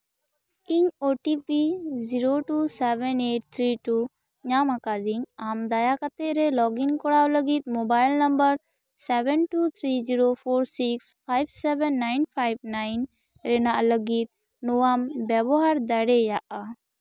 ᱤᱧ OTP zero two seven eight three two ᱧᱟᱢ ᱟᱠᱟᱫᱤᱧ ᱟᱢ ᱫᱟᱭᱟ ᱠᱟᱛᱮ ᱨᱮ ᱞᱚᱜᱤᱱ ᱠᱚᱨᱟᱣ ᱞᱟᱹᱜᱤᱫ mobile number seven two three zero four six five seven nine five nine ᱞᱟᱹᱜᱤᱫ ᱱᱚᱣᱟ ᱵᱮᱵᱚᱦᱟᱨ ᱫᱟᱲᱮᱭᱟᱜᱼᱟ